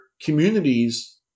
communities